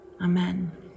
Amen